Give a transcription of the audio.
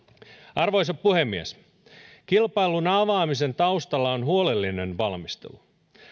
arvoisa puhemies kilpailun avaamisen taustalla on huolellinen valmistelu